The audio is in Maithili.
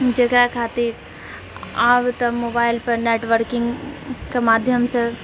जकरा खातिर आब तऽ मोबाइल पर नेटवर्किङ्गके माध्यमसँ